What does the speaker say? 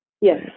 Yes